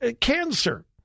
cancer